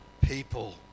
people